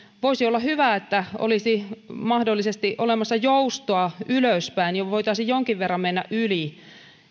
voisi olla hyvä että olisi mahdollisesti olemassa joustoa ylöspäin ja voitaisiin jonkin verran mennä yli